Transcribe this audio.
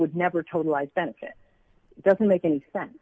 would never total i spent doesn't make any sense